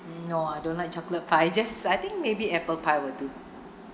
um no I don't like chocolate pie just I think maybe apple pie will do